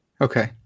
Okay